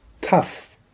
tough